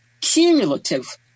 cumulative